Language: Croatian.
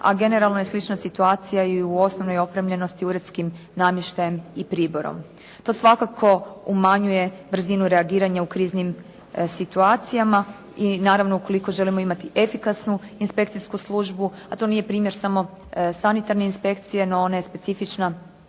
a generalno je slična situacija i u osnovnoj opremljenosti uredskim namještajem i priborom. To svakako umanjuje brzinu reagiranja u kriznim situacijama i naravno ukoliko želimo imati efikasnu inspekcijsku službu, a to nije primjer samo sanitarne inspekcije no ona je specifična